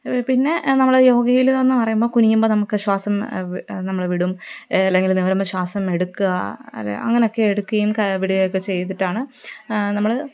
പിന്നെ നമ്മള് യോഗയിലെന്നു പറയുമ്പോള് കുനിയുമ്പോള് നമുക്ക് ശ്വാസം നമ്മള് വിടും അല്ലെങ്കില് നിവരുമ്പോള് ശ്വാസം എടുക്കുക അല്ലെങ്കില് അങ്ങനൊക്കെ എടുക്കുകയും വിടുകയുമൊക്കെ ചെയ്തിട്ടാണ് നമ്മള്